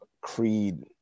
Creed